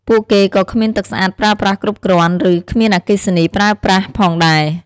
ពួកគេក៏គ្មានទឹកស្អាតប្រើប្រាស់គ្រប់គ្រាន់ ឬ គ្មានអគ្គិសនី ប្រើប្រាស់ផងដែរ។